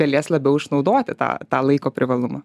galės labiau išnaudoti tą tą laiko privalumą